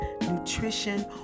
nutrition